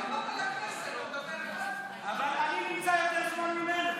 קריאות: אבל אני נמצא יותר זמן ממנו.